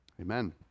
Amen